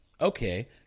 okay